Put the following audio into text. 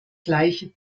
gleiche